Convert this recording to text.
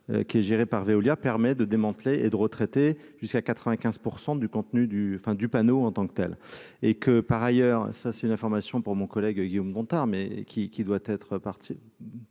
qui est gérée par Veolia permet de démanteler et de retraités jusqu'à 95 % du contenu du enfin du panneau en tant que telle et que par ailleurs, ça c'est une information pour mon collègue Guillaume Gontard mais qui, qui doit être parti particulièrement